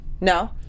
No